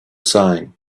same